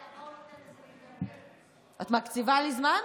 יאללה, בואו ניתן, את מקציבה לי זמן?